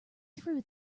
threw